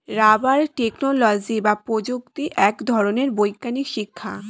rubber technology বা প্রযুক্তি এক ধরনের বৈজ্ঞানিক শিক্ষা